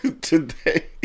today